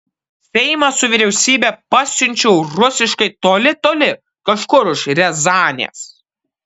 seimą su vyriausybe pasiunčiau rusiškai toli toli kažkur už riazanės